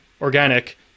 organic